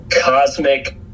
cosmic